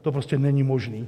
To prostě není možné.